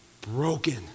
broken